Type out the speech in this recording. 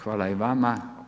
Hvala i vama.